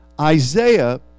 Isaiah